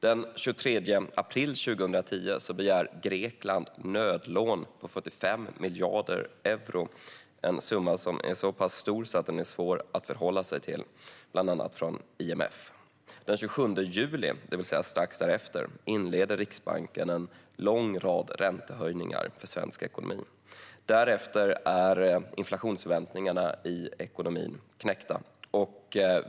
Den 23 april 2010 begär Grekland nödlån på 45 miljarder euro - en summa som är så pass stor att den är svår att förhålla sig till - bland annat från IMF. Den 27 juli, det vill säga strax därefter, inleder Riksbanken en lång rad räntehöjningar för svensk ekonomi. Därefter är inflationsförväntningarna i ekonomin knäckta.